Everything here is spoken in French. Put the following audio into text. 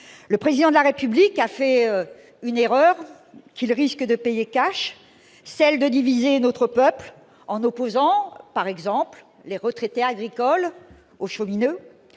Le Président de la République a fait une erreur qu'il risque de payer, celle de tenter de diviser notre peuple, en opposant, par exemple, les retraités agricoles aux cheminots.